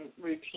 routine